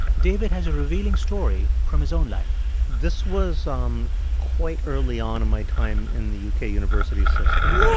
david has a revealing story from his own life this was um quite early on in my time in the u k. university system.